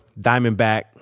Diamondback